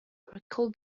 recalls